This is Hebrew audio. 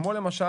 למשל,